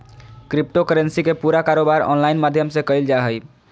crypto currency के पूरा कारोबार ऑनलाइन माध्यम से क़इल जा हइ